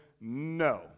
no